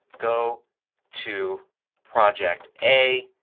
go to project a.